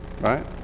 right